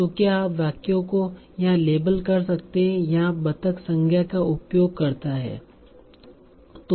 तो क्या आप वाक्यों को यहां लेबल कर सकते हैं जहां बतख संज्ञा का उपयोग करता है